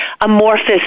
amorphous